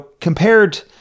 Compared